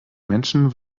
menschen